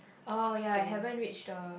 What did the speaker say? oh yea haven't reach the